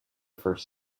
first